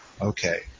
Okay